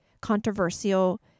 controversial